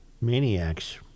Maniacs